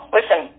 Listen